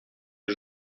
les